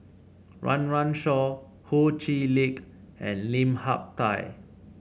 Run Run Shaw Ho Chee Lick and Lim Hak Tai